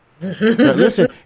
Listen